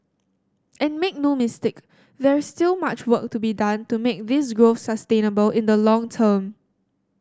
and make no mistake there's still much work to be done to make this growth sustainable in the long term